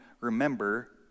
remember